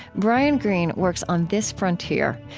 brian greene works on this frontier,